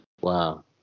Wow